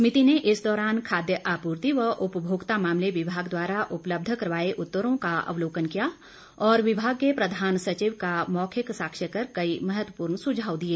समिति ने इस दौरान खाद्य आपूर्ति व उपभोक्ता मामले विभाग द्वारा उपलब्ध करवाए उत्तरों का अवलोकन किया और विभाग के प्रधान सचिव के मौखिक साक्षय कर कई महत्वपूर्ण सुझाव दिए